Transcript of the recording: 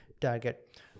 target